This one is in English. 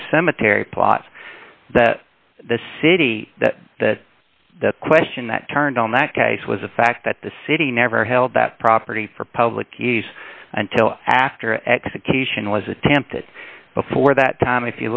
the cemetery plot that the city that the question that turned on that case was the fact that the city never held that property for public use until after execution was attempted before that time if